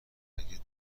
هرگز